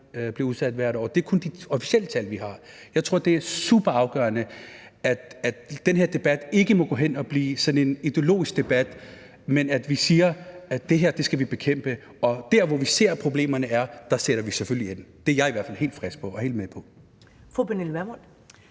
det er kun de officielle tal, vi har – at den her debat ikke går hen og bliver sådan en ideologisk debat, men at vi siger, at det her skal vi bekæmpe, og dér, hvor vi ser, problemerne er, sætter vi selvfølgelig ind. Det er jeg i hvert fald helt frisk på og helt med på.